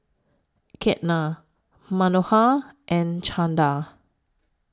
Ketna Manohar and Chanda